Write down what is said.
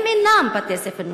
הם אינם בתי-ספר נוצריים.